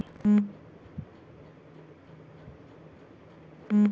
union Bank देस कअ पाचवा नंबर पअ आवे वाला सबसे बड़ बैंक हवे